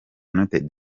united